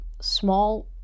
small